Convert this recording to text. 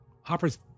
Hopper's